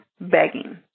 begging